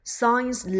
Science